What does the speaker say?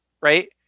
right